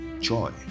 joy